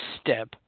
step